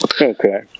Okay